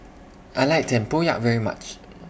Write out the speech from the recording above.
I like Tempoyak very much